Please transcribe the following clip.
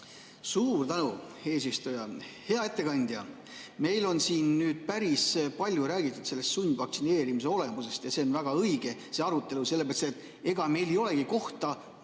Suur tänu, eesistuja! Hea ettekandja! Meil on siin päris palju räägitud sellest sundvaktsineerimise olemusest. Ja see on väga õige, see arutelu, sellepärast et ega meil ei olegi paremat